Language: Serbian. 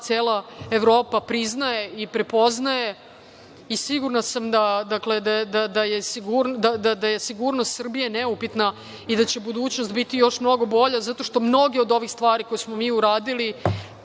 cela Evropa priznaje i prepoznaje. Sigurna sam da je sigurnost Srbije neupitna i da će budućnost biti još mnogo bolja zato što mnoge od ovih stvari koje smo mi uradili